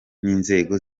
n’inzego